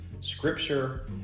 scripture